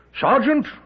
Sergeant